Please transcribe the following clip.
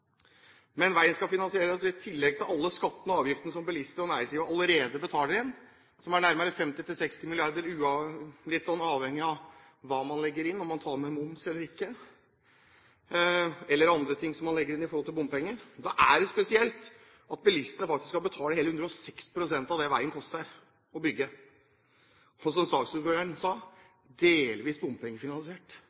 Men veien skal finansieres, og i tillegg til alle skatter og avgifter som bilister og næringsdrivende allerede betaler, som er nærmere 50–60 mrd. kr – avhengig av hva man legger inn, om man tar med moms eller ikke, eller andre ting man legger inn i bompenger – er det spesielt at bilistene faktisk skal betale hele 106 pst. av det det koster å bygge veien. Saksordføreren sa «delvis bompengefinansiert»,